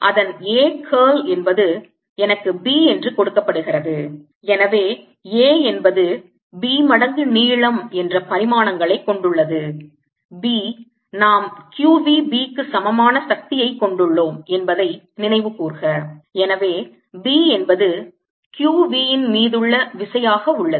அதன் A curl என்பது எனக்கு B என்று கொடுக்கப்படுகிறது எனவே A என்பது B மடங்கு நீளம் என்ற பரிமாணங்களைக் கொண்டுள்ளது B நாம் q v B க்கு சமமாக சக்தியைக் கொண்டுள்ளோம் என்பதை நினைவுகூர்க எனவே B என்பது q v இன் மீதுள்ள விசையாக உள்ளது